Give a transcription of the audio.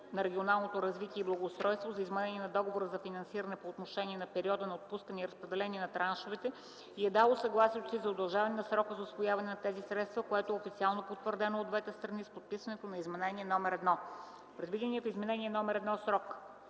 на регионалното развитие и благоустройството за изменение на Договора за финансиране по отношение на периода на отпускане и разпределение на траншовете и е дала съгласието си за удължаване на срока за усвояване на тези средства, което е официално потвърдено от двете страни с подписването на Изменение № 1. Предвиденият в Изменение № 1 срок